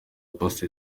pastor